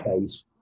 case